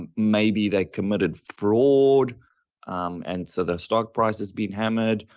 and maybe they committed fraud and so the stock price has been hammered,